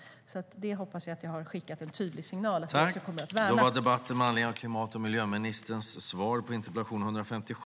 Jag hoppas att jag har skickat en tydlig signal om att vi kommer att värna det.